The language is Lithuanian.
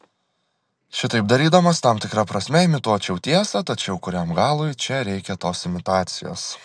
šitaip darydamas tam tikra prasme imituočiau tiesą tačiau kuriam galui čia reikia tos imitacijos